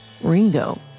Ringo